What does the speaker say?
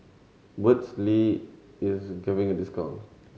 burt's lee is giving a discount